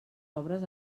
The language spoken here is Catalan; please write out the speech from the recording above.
obres